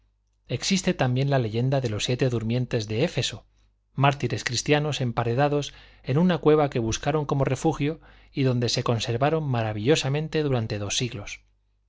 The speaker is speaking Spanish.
existe también la leyenda de los siete durmientes de éfeso mártires cristianos emparedados en una cueva que buscaron como refugio y donde se conservaron maravillosamente durante dos siglos